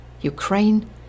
Ukraine